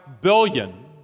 billion